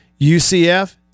UCF